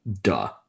Duh